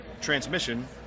transmission